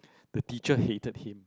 the teacher hated him